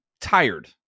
tired